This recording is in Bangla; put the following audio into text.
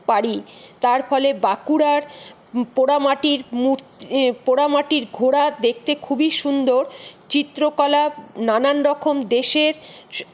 পারি তার ফলে বাঁকুড়ার পোড়ামাটির মূর্ত পোড়ামাটির ঘোড়া দেখতে খুবই সুন্দর চিত্রকলা নানা রকম দেশের